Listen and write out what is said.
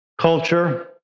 culture